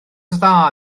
dda